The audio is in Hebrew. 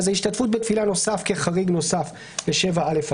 אז ההשתתפות בתפילה נוסף כחריג נוסף ל-7(א)(1),